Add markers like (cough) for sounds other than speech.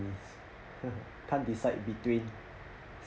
(laughs) can't decide between